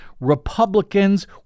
Republicans